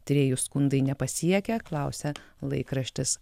tyrėjų skundai nepasiekia klausia laikraštis